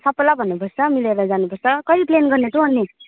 सबैलाई भन्नुपर्छ मिलेर जानुपर्छ कहिले प्लान गर्ने त अनि